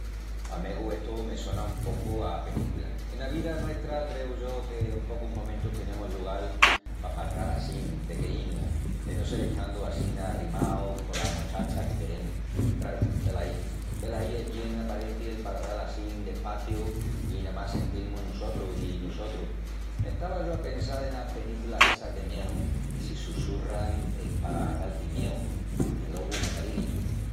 A megu estu me sona un pocu a penícula. Ena vida nuestra creu yo que en pocus momentus tenemus lugal pa palral assín dequeínu, de no sel estandu assina arrimaus cola mochacha que queremus. Craru, velaí, velaí es bien aparenti el palral assín despaciu i namás sentil-mus nusotrus i nusotrus. M'estava yo a pensal enas penículas essas de mieu que si sussurran es pa dal-ti mieu i alogu matarili.